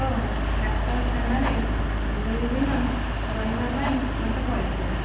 ଓ ଡାକ୍ତରଖାନାରେ ଦୁଇଦିନ ରହିବା ପାଇଁ ମୋତେ ପଡ଼ିଥିଲା